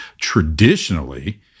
traditionally